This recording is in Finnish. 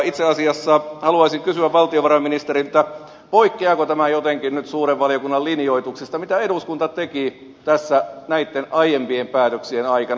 itse asiassa haluaisin kysyä valtiovarainministeriltä poikkeaako tämä jotenkin nyt suuren valiokunnan linjoituksesta mitä eduskunta teki tässä näitten aiempien päätöksien aikana